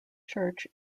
church